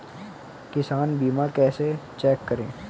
किसान बीमा कैसे चेक करें?